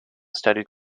studied